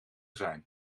zijn